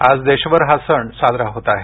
आज देशभर हा सण साजरा होत आहे